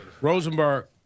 Rosenberg